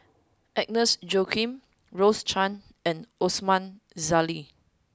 Agnes Joaquim Rose Chan and Osman Zailani